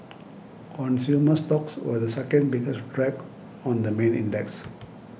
consumer stocks were the second biggest drag on the main index